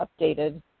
updated